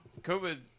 COVID